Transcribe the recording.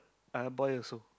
uh boy also